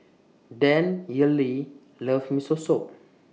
Danyelle loves Miso Soup